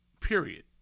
period